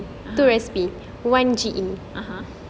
(uh huh)